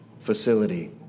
facility